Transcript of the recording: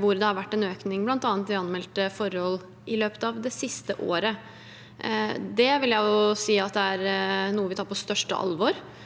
hvor det har vært en økning, bl.a. i anmeldte forhold, i løpet av det siste året. Det vil jeg si at er noe vi tar på største alvor.